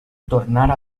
tornar